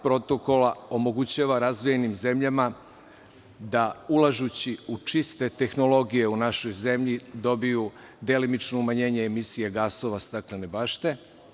Protokola omogućava razvijenim zemljama da ulažući u čiste tehnologije u našoj zemlji dobiju delimično umanjenje emisije gasova i efekta staklene bašte.